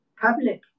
public